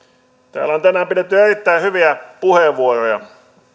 täällä on tänään pidetty erittäin hyviä puheenvuoroja